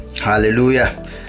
hallelujah